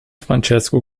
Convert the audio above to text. francesco